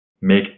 make